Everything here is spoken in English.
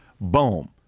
Boom